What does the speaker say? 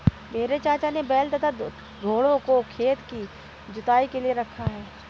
मेरे चाचा ने बैल तथा घोड़ों को खेत की जुताई के लिए रखा है